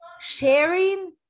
sharing